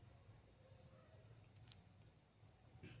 मुहाना पार्श्विक र्रोप से बंद पानीर श्रोत छे